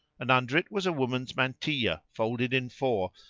and under it was a woman's mantilla folded in four,